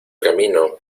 camino